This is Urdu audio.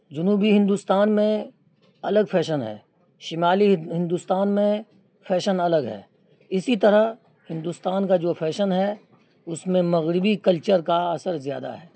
جنوبی ہندوستان میں الگ فیشن ہے شمالی ہندوستان میں فیشن الگ ہے اسی طرح ہندوستان کا جو فیشن ہے اس میں مغربی کلچر کا اثر زیادہ ہے